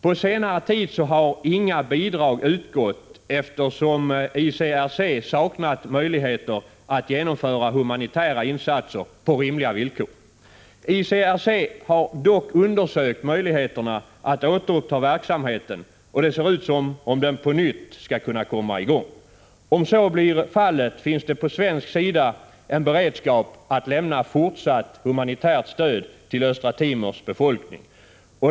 På senare tid har inga bidrag utgått, eftersom ICRC har saknat möjligheter att genomföra humanitära insatser på rimliga villkor. ICRC har dock undersökt möjligheterna att återuppta verksamheten, och det ser ut som om den på nytt skall kunna komma i gång. Om så blir fallet finns det på svensk sida en beredskap att lämna fortsatt humanitärt stöd till Östra Timors befolkning.